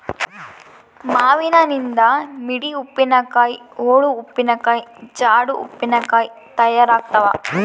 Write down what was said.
ಮಾವಿನನಿಂದ ಮಿಡಿ ಉಪ್ಪಿನಕಾಯಿ, ಓಳು ಉಪ್ಪಿನಕಾಯಿ, ಜಾಡಿ ಉಪ್ಪಿನಕಾಯಿ ತಯಾರಾಗ್ತಾವ